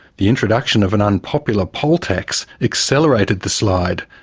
the introduction of an unpopular poll-tax accelerated the slide,